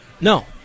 No